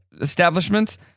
establishments